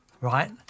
Right